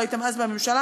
לא הייתם אז בממשלה,